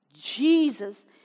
Jesus